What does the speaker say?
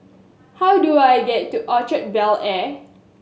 how do I get to Orchard Bel Air